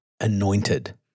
anointed